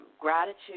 gratitude